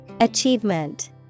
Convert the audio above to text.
Achievement